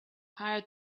hire